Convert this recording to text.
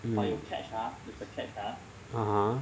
hmm (uh huh)